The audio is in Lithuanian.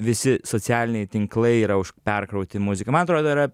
visi socialiniai tinklai yra už perkrauti muzika man atrodo yra